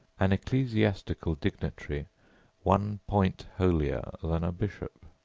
an ecclesiastical dignitary one point holier than a bishop.